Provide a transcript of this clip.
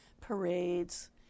parades